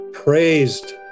praised